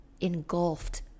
engulfed